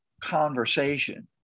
conversation